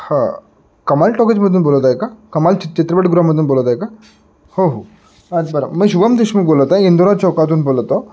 हां कमाल टॉकिजमधून बोलत आहे का कमाल च चित्रपटगृहामधून बोलत आहे का हो हो अच्छा बरं मी शुभम देशमुख बोलत आहे इंदिरा चौकातून बोलतो आहे